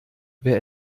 wer